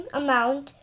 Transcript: amount